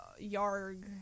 yarg